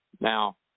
now